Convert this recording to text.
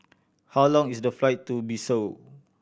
how long is the flight to Bissau